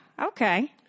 okay